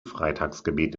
freitagsgebet